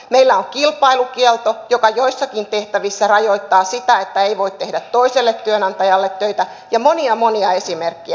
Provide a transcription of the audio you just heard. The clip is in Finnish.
meillä on kilpailukielto joka joissakin tehtävissä rajoittaa sitä että ei voi tehdä toiselle työnantajalle töitä ja monia monia esimerkkejä